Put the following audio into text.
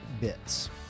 Bits